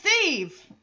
Steve